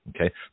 Okay